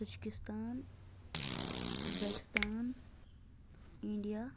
Tajikistan Uzbekistan India